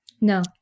No